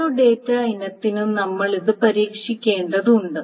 ഓരോ ഡാറ്റ ഇനത്തിനും നമ്മൾ ഇത് പരീക്ഷിക്കേണ്ടതുണ്ട്